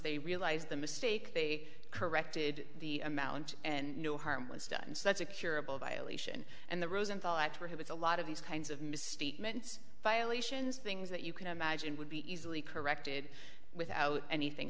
they realized the mistake they corrected the amount and no harm was done such a curable violation and the rosenthal act where he was a lot of these kinds of misstatements violations things that you can imagine would be easily corrected without anything